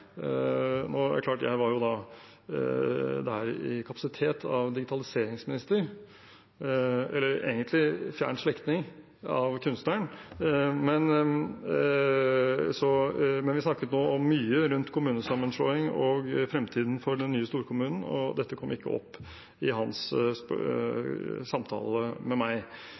Nå er det jo klart at jeg var der i egenskap av digitaliseringsminister – eller egentlig en fjern slektning av kunstneren – men vi snakket om mye rundt kommunesammenslåing og fremtiden for den nye storkommunen, og dette kom ikke opp i hans samtale med meg.